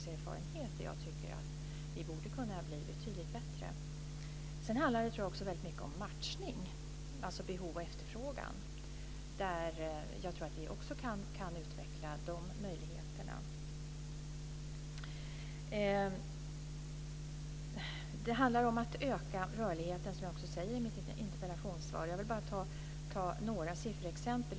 Jag tycker att vi borde kunna bli betydligt bättre. Sedan handlar det mycket om matchning, alltså behov och efterfrågan. Jag tror att vi också kan utveckla de möjligheterna. Det handlar om att öka rörligheten, som jag också säger i mitt interpellationssvar. Jag vill bara ge några sifferexempel.